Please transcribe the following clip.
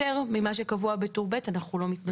ממה שקבוע בטור ב' - אנחנו לא מתנגדים.